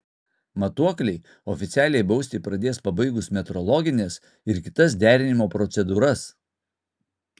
matuokliai oficialiai bausti pradės pabaigus metrologines ir kitas derinimo procedūras